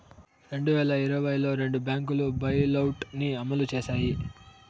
రెండు వేల ఇరవైలో రెండు బ్యాంకులు బెయిలౌట్ ని అమలు చేశాయి